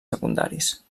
secundaris